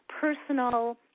personal